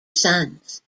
sons